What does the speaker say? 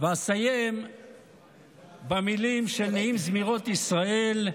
ואסיים במילים של נעים זמירות ישראל: